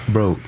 Bro